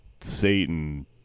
Satan